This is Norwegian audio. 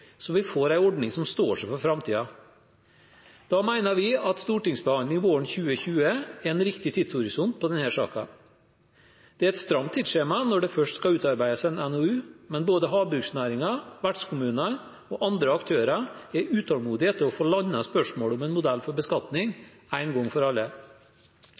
så vi får en ordning som står seg for framtiden. Da mener vi at stortingsbehandling våren 2020 er en riktig tidshorisont på denne saken. Det er et stramt tidsskjema når det først skal utarbeides en NOU, men både havbruksnæringen, vertskommunene og andre aktører er utålmodige etter å få landet spørsmålet om en modell for beskatning en gang for alle.